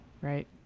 right